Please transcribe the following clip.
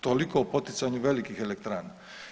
Toliko o poticanju velikih elektrana.